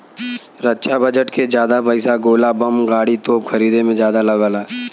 रक्षा budget के जादा पइसा गोला बम गाड़ी, तोप खरीदे में जादा लगला